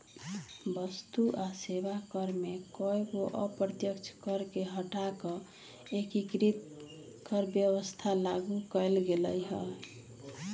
वस्तु आ सेवा कर में कयगो अप्रत्यक्ष कर के हटा कऽ एकीकृत कर व्यवस्था लागू कयल गेल हई